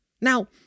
Now